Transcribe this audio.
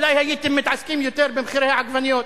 אולי הייתם מתעסקים יותר במחירי העגבניות.